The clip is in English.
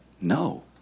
No